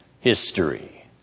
history